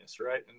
right